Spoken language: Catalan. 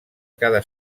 cada